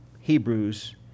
Hebrews